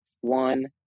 one